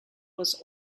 was